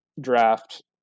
draft